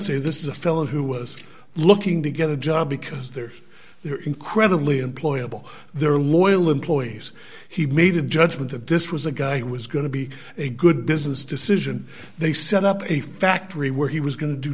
say this is a felon who was looking to get a job because there's they're incredibly employable they're loyal employees he made a judgment that this was a guy who was going to be a good business decision they set up a factory where he was going to do